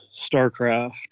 starcraft